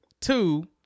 Two